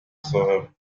صاحب